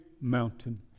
mountain